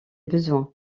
besoins